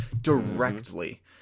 directly